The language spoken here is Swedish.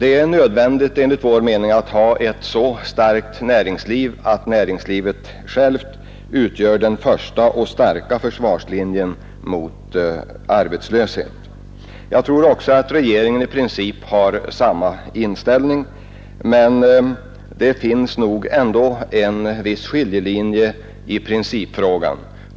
Enligt vår mening är det nödvändigt att ha ett så starkt näringsliv att näringslivet självt utgör den första och starka försvarslinjen mot arbetslöshet. Jag tror också att regeringen i princip har samma inställning, men det finns ändå en viss skiljelinje i principfrågan.